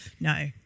No